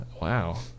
Wow